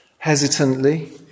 Hesitantly